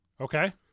Okay